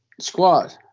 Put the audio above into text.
squad